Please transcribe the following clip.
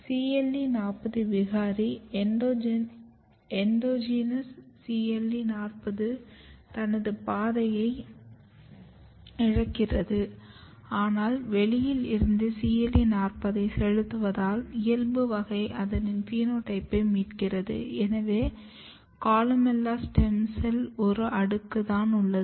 CLE 40 விகாரியால் endogenous CLE 40 தனது பாதையை இழக்கிறது ஆனால் வெளியில் இருந்து CLE 40 யை செலுத்துவதால் இயல்பு வகை அதனின் பினோடைப்பை மீட்கிறது எனவே கொலுமெல்லா ஸ்டெம் செல் ஒரு அடுக்கு தான் உள்ளது